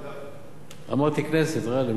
אמרתי כנסת, גאלב.